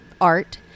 art